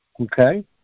Okay